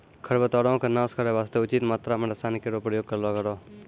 खरपतवारो क नाश करै वास्ते उचित मात्रा म रसायन केरो प्रयोग करलो करो